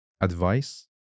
advice